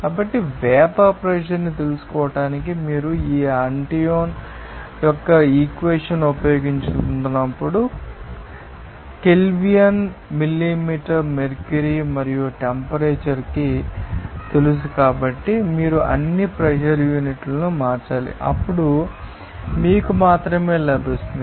కాబట్టి vapour pressure న్ని తెలుసుకోవడానికి మీరు ఈ ఆంటోయిన్ యొక్క ఈక్వేషన్ ఉపయోగించబోతున్నప్పుడు కెల్విన్లో మిల్లీమీటర్ మెర్క్యూరీ మరియు టెంపరేచర్మీకు తెలుసు కాబట్టి మీరు అన్ని ప్రెషర్ యూనిట్లను మార్చాలి అప్పుడు మీకు మాత్రమే లభిస్తుంది